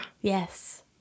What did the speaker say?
Yes